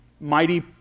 mighty